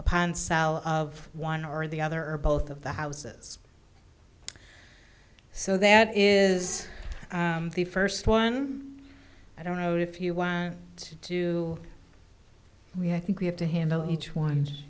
upon sal of one or the other or both of the houses so that is the first one i don't know if you want to we i think we have to handle each one